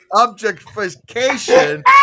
objectification